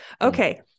okay